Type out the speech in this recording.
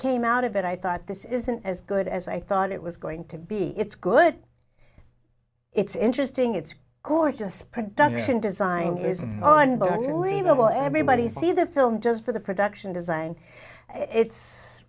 came out of it i thought this isn't as good as i thought it was going to be it's good it's interesting it's gorgeous production design isn't on but your level everybody see the film just for the production design it's